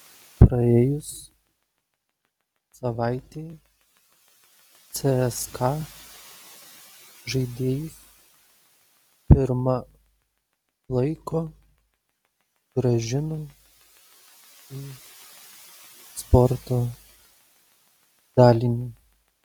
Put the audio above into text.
praėjus savaitei cska žaidėjus pirma laiko grąžino į sporto dalinį